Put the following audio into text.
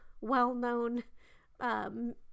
well-known